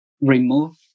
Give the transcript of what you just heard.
remove